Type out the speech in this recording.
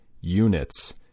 units